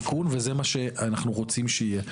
אמרתי שזה התיקון, וזה מה שאנחנו רוצים שיהיה.